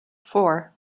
four